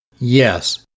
Yes